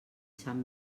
sant